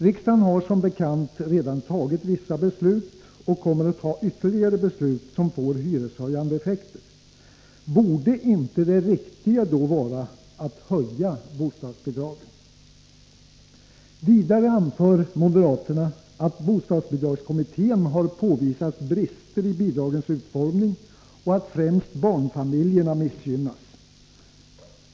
Riksdagen har som bekant redan fattat vissa beslut och kommer att fatta ytterligare beslut som får hyreshöjande effekter. Borde inte det riktiga då vara att höja bostadsbidragen? Vidare anför moderaterna att bostadsbidragskommittén har påvisat brister i bidragens utformning och att främst barnfamiljerna missgynnas.